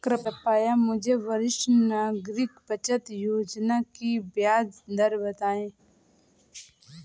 कृपया मुझे वरिष्ठ नागरिक बचत योजना की ब्याज दर बताएं?